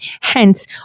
Hence